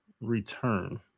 return